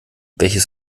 welches